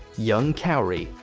young kaori,